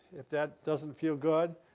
if that doesn't feel good,